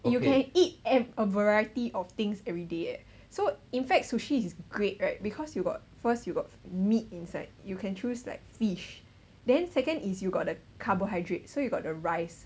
you can eat eh a variety of things everyday so in fact sushi is great right because you got first you got meat inside you can choose like fish then second is you got the carbohydrates so you got the rice